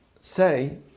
say